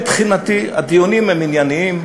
לכן מבחינתי הדיונים הם ענייניים,